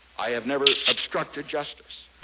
i have never obstructed justice.